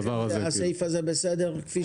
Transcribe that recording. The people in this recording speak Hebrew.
הסעיף הזה כפי שהוא הוא בסדר?